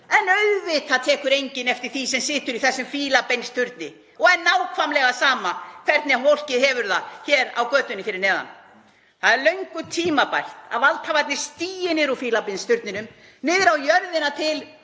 En auðvitað tekur enginn eftir því sem situr í þessum fílabeinsturni og er nákvæmlega sama um hvernig fólkið hefur það hér á götunni fyrir neðan. Það er löngu tímabært að valdhafarnir stígi niður úr fílabeinsturninum niður á jörðina til